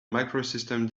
macrosystem